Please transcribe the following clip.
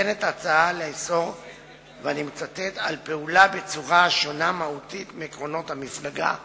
ההצעה לאסור "פעולה בצורה השונה מהותית מעקרונות המפלגה"